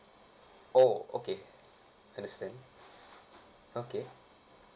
oh okay understand okay